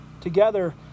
together